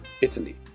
Italy